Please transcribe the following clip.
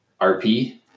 RP